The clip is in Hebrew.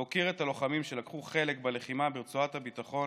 להוקיר את הלוחמים שלקחו חלק בלחימה ברצועת הביטחון